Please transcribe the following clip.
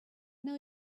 know